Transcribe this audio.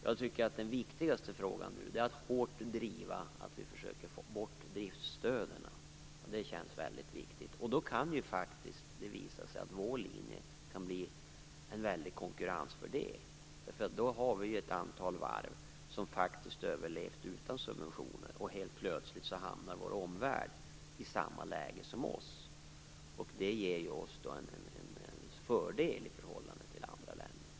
Det som nu är viktigast är att vi hårt driver frågan om att ta bort driftsstöden. Det känns mycket viktigt. Det visar sig då att vår linje kan bli en stor konkurrensfördel. Då har vi ju ett antal varv som faktiskt överlevt utan subventioner, och helt plötsligt hamnar varven i vår omvärld i samma läge som vi befinner oss i. Det ger oss en fördel i förhållande till andra länder.